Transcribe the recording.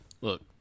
Look